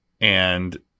and-